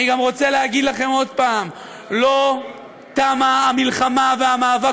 אני גם רוצה להגיד לכם עוד פעם: לא תמו המלחמה והמאבק